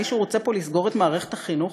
מישהו רוצה פה לסגור את מערכת החינוך